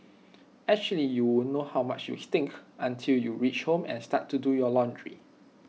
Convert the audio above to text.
actually you won't know how much you stink until you reach home and start to do your laundry